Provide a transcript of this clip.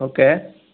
okay